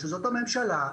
שזאת הממשלה,